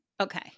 Okay